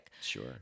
Sure